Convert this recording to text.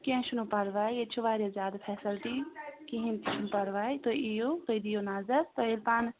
کیٚنٛہہ چھُنہٕ پَرواے ییٚتہِ چھُ واریاہ زیادٕ فیسَلٹی کِہیٖنۍ پَرواے تُہۍ اِیو تُہۍ دِیِو نظر تُہۍ ییٚلہِ پانَس